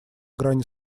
грани